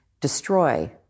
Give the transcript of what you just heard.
destroy